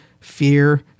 fear